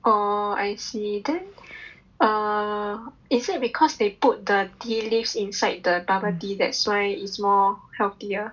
oh I see then err is it because they put the tea leaves inside the bubble tea that's why is more healthier